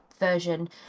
version